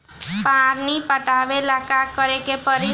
पानी पटावेला का करे के परी?